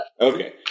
Okay